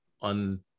on